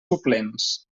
suplents